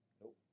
Nope